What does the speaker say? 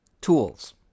tools